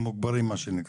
מוגדלים מה שנקרא.